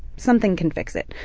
something can fix it.